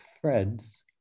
threads